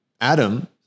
Adam